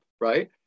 right